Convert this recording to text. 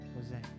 Jose